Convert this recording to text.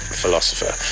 philosopher